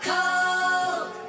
Cold